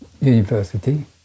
university